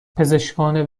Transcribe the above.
پزشکان